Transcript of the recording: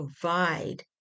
provide